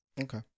Okay